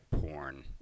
porn